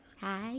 Hi